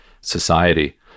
society